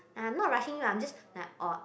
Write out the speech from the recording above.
I'm not rushing you I'm just like orh